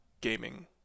gaming